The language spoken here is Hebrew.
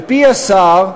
על-פי השר,